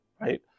right